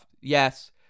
yes